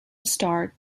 star